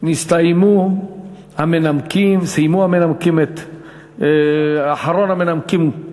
סיימו המנמקים את דבריהם.